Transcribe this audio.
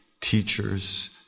teachers